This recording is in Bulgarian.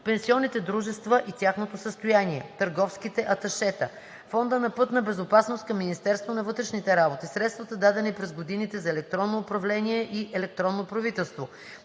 пенсионните дружества и тяхното състояние; търговските аташета; Фонда за пътна безопасност към Министерството на вътрешните работи; средствата, дадени през годините, за електронното управление и е-правителство;